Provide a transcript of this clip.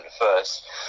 first